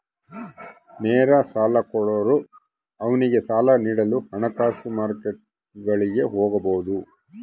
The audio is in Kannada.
ನೇರ ಸಾಲ ಕೊಡೋರು ಅವ್ನಿಗೆ ಸಾಲ ನೀಡಲು ಹಣಕಾಸು ಮಾರ್ಕೆಟ್ಗುಳಿಗೆ ಹೋಗಬೊದು